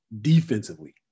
defensively